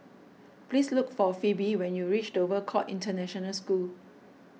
please look for Phebe when you reach Dover Court International School